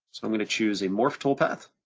so i'm gonna choose a morph toolpath.